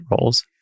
roles